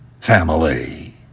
family